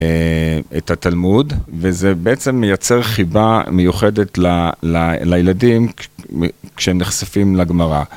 את התלמוד וזה בעצם מייצר חיבה מיוחדת לילדים כשהם נחשפים לגמרא.